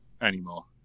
anymore